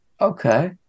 Okay